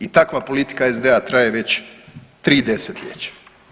I takva politika SDA traje već tri desetljeća.